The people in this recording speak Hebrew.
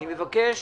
אני מבקש